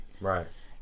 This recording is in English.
Right